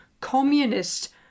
communist